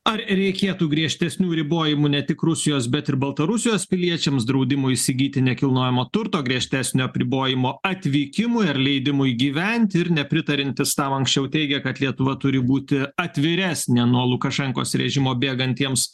ar reikėtų griežtesnių ribojimų ne tik rusijos bet ir baltarusijos piliečiams draudimui įsigyti nekilnojamo turto griežtesnio apribojimo atvykimui ar leidimui gyventi ir nepritariantys tam anksčiau teigė kad lietuva turi būti atviresnė nuo lukašenkos režimo bėgantiems